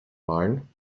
malen